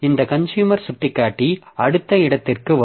இந்த கன்சுயூமர் சுட்டிக்காட்டி அடுத்த இடத்திற்கு வரும்